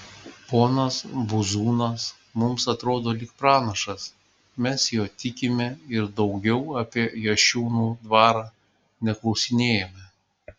ponas buzūnas mums atrodo lyg pranašas mes juo tikime ir daugiau apie jašiūnų dvarą neklausinėjame